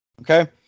Okay